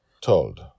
Told